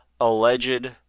alleged